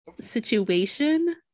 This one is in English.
situation